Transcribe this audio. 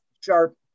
sharp